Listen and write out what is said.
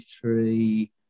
three